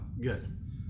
good